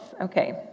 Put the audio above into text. Okay